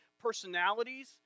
personalities